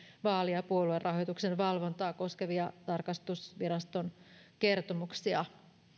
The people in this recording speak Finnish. vaali ja puoluerahoituksen valvontaa koskevia tarkastusviraston kertomuksia